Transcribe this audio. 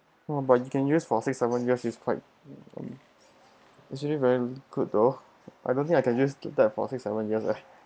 !wah! but you can use for six seven years it's quite it's really very good though I don't think I use that for four six seven years ah